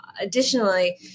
Additionally